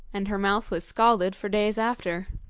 and her mouth was scalded for days after.